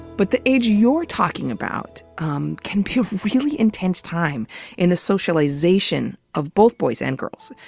but the age you're talking about um can be a really intense time in the socialization of both boys and girls,